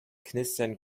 knistern